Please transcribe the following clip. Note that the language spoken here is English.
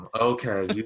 Okay